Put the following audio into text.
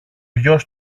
γιος